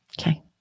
Okay